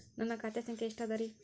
ನನ್ನ ಖಾತೆ ಸಂಖ್ಯೆ ಎಷ್ಟ ಅದರಿ?